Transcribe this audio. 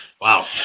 Wow